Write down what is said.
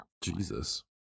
Jesus